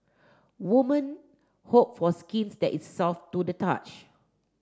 women hope for skins that is soft to the touch